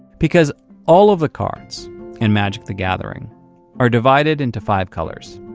because all of the cards in magic the gathering are divided into five colors.